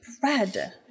bread